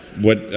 what?